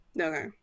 okay